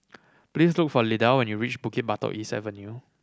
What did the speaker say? please look for Lyda when you reach Bukit Batok East Avenue